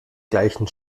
gleichen